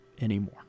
anymore